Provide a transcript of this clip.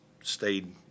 stayed